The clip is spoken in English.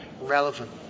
relevant